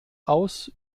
aus